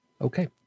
Okay